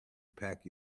pack